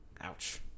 Ouch